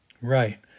Right